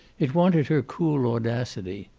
it wanted her cool audacity.